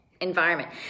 environment